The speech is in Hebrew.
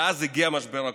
ואז הגיע משבר הקורונה.